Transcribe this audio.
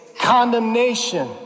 condemnation